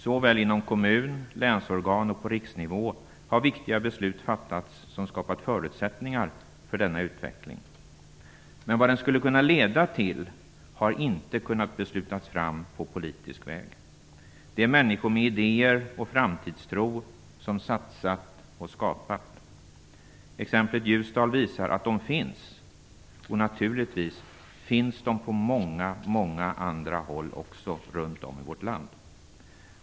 Såväl inom kommun och inom länsorgan som på riksnivå har viktiga beslut fattats som skapat förutsättningar för denna utveckling. Men vad den skulle kunna leda till har man inte kunnat fatta beslut om på politisk väg. Det är människor med idéer och framtidstro som har satsat och skapat. Exemplet från Ljusdal visar att de finns, och naturligtvis finns de också på många, många andra håll runt om i vårt land.